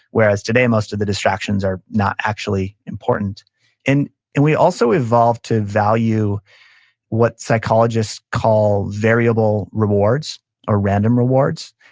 whereas today, most of the distractions are not actually important and and we also evolved to value what psychologists call variable rewards or random rewards.